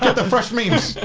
the fresh memes.